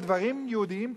על דברים יהודיים פנימיים?